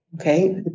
okay